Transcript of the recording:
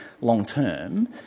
long-term